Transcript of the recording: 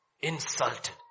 Insulted